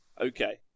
Okay